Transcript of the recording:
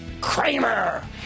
Kramer